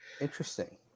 Interesting